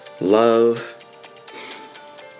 love